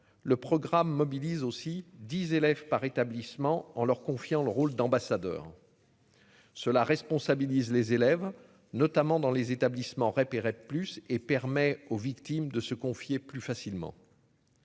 le programme mobilise aussi 10 élèves par établissement en leur confiant le rôle d'ambassadeur. Cela responsabilise les élèves notamment dans les établissements. Plus et permet aux victimes de se confier plus facilement.